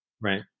Right